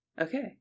okay